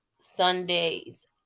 Sundays